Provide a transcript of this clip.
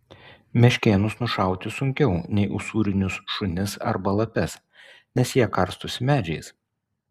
meškėnus nušauti sunkiau nei usūrinius šunis arba lapes nes jie karstosi medžiais